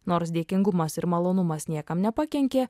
nors dėkingumas ir malonumas niekam nepakenkė